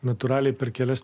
natūraliai per kelias